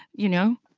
you know?